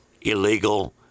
illegal